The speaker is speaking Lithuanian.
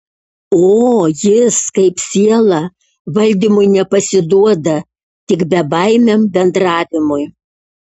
o jis kaip siela valdymui nepasiduoda tik bebaimiam bendravimui